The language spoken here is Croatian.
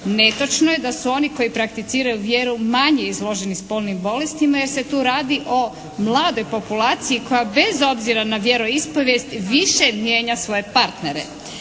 Netočno je da su oni koji prakticiraju vjeru manje izloženi spolnim bolestima jer se tu radi o mladoj populaciji koja bez obzira na vjeroispovijest više mijenja svoje partnere.